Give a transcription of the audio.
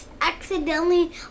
accidentally